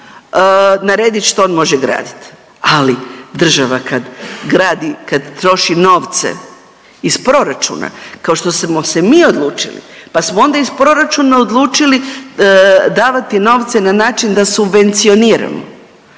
narediti što on može graditi ali država kad gradi, kad troši novce iz proračuna kao što smo se mi odlučili, pa smo onda iz proračuna odlučili davati novce na način da subvencioniramo.